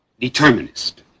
determinist